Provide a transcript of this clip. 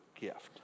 gift